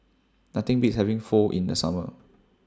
Nothing Beats having Pho in The Summer